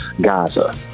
Gaza